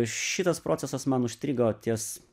šitas procesas man užstrigo ties